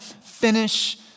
finish